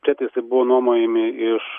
prietaisai buvo nuomojami iš